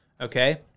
okay